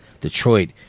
Detroit